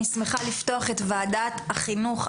אני שמחה לפתוח את וועדת החינוך,